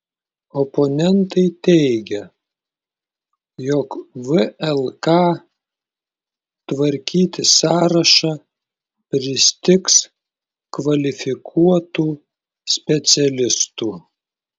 oponentai teigia jog vlk tvarkyti sąrašą pristigs kvalifikuotų specialistų